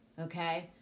okay